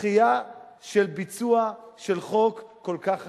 דחייה של ביצוע של חוק כל כך חשוב?